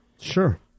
Sure